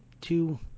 two